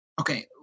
Okay